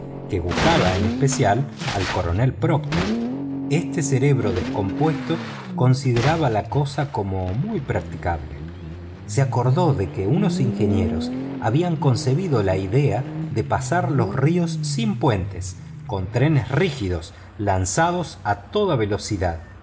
que gustaba especialmente al coronel proctor este cerebro descompuesto consideraba la cosa como muy practicable se acordó de que unos ingenieros habían concebido la idea de pasar los ríos sin puente con trenes rígidos lanzados a toda velocidad